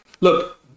look